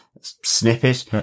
snippet